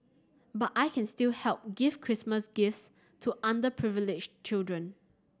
but I can still help give Christmas gifts to underprivileged children